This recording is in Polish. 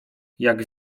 jak